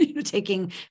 taking